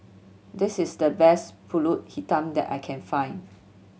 this is the best Pulut Hitam that I can find